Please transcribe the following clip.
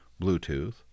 Bluetooth